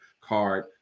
card